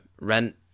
Rent